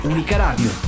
Unicaradio